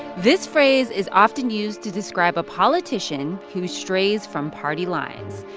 this phrase is often used to describe a politician who strays from party lines.